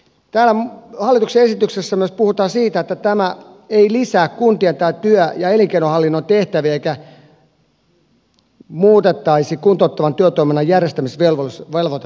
täällä hallituksen esityksessä myös puhutaan siitä että tämä ei lisää kuntien tai työ ja elinkeinohallinnon tehtäviä eikä muutettaisi kuntouttavan työtoiminnan järjestämisvelvoitetta lainkaan